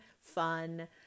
fun